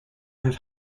have